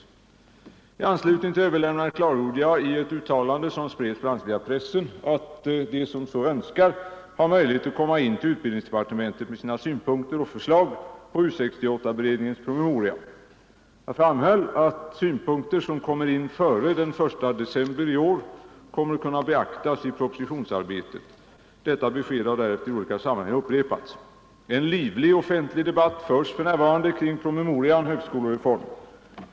angående U 68 I anslutning till överlämnandet klargjorde jag i ett uttalande, som spreds = beredningens bl.a. via pressen, att de som så önskar har möjlighet att komma in till — förslag utbildningsdepartementet med sina synpunkter och förslag på U 68-beredningens promemoria. Jag framhöll att synpunkter som kommer in före den 1 december i år kommer att kunna beaktas i propositionsarbetet. Detta besked har därefter i olika sammanhang upprepats. En livlig offentlig debatt förs för närvarande kring promemorian Högskolereform.